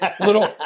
little